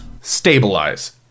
Stabilize